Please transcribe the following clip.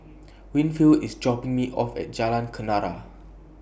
Winfield IS dropping Me off At Jalan Kenarah